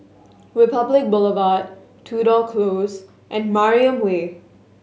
Republic Boulevard Tudor Close and Mariam Way